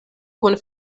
kun